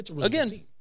again